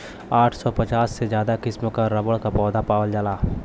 आठ सौ पचास से ज्यादा किसिम क रबर क पौधा पावल जाला